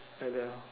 like that lor